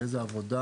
על איזו עבודה.